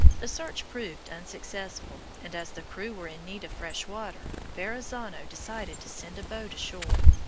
the search proved unsuccessful, and as the crew were in need of fresh water, verrazzano decided to send a boat ashore.